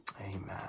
Amen